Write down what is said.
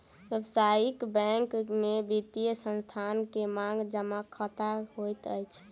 व्यावसायिक बैंक में वित्तीय संस्थान के मांग जमा खता होइत अछि